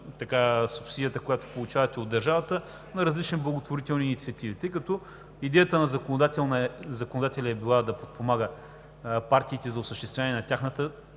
субсидията, която получавате от държавата на различни благотворителни инициативи, тъй като идеята на законодателя е била да подпомага партиите за осъществяване на тяхната